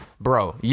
bro